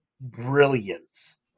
brilliance